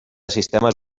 sistemes